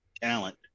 talent